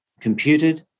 computed